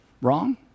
wrong